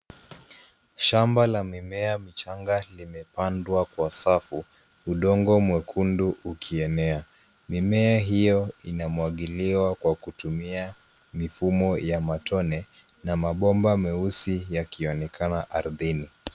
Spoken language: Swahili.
Shamba la mimea michanga limepandwa kwa safu. Udongo mwekundu ukienea. Mimea hiyo inamwagiliwa kwa kutumia mifumo ya matone na mabomba meusi yakionekana ardhini.